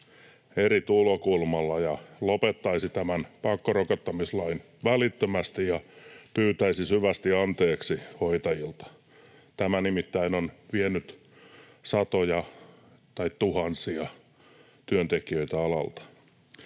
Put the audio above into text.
eri tulokulmalla ja lopettaisi tämän pakkorokottamislain välittömästi ja pyytäisi syvästi anteeksi hoitajilta — tämä nimittäin on vienyt satoja tai tuhansia työntekijöitä alalta.